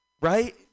Right